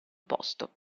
posto